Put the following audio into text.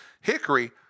Hickory